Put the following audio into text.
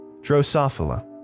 Drosophila